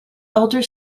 elder